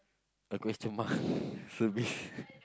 a question mark service